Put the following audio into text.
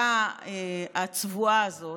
לממשלה הצבועה הזאת,